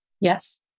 Yes